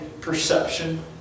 perception